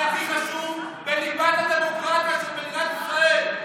הכי חשוב בליבת הדמוקרטיה של מדינת ישראל.